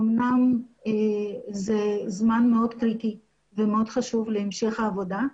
אמנם זה זמן מאוד קריטי ומאוד חשוב להמשך העבודה,